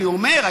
אני אומר,